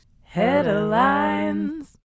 Headlines